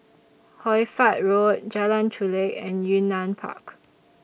Hoy Fatt Road Jalan Chulek and Yunnan Park